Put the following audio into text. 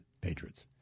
Patriots